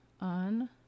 on